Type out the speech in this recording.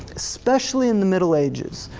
especially in the middle ages.